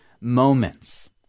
moments